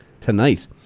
tonight